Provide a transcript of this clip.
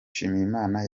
nshimyimana